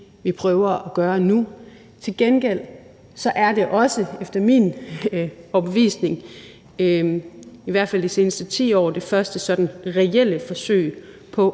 vi prøver at gøre nu. Til gengæld er det efter min overbevisning også, i hvert fald de seneste 10 år, det første sådan reelle forsøg på